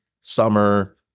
summer